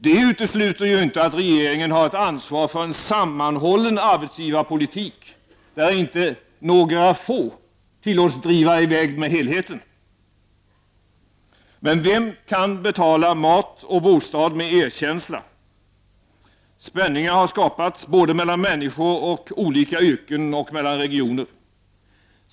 Det utesluter inte att regeringen har ett ansvar för en sammanhållen arbetsgivarpolitik, där några få inte tillåts driva i väg med helheten. Men vem kan betala mat och bostad med erkänsla? Spänningar har skapats, både mellan människor med olika yrken och mellan regioner.